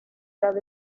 well